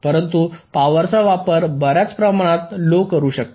परंतु पावरचा वापर बर्याच प्रमाणात लो करू शकता